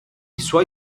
suoi